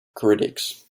critics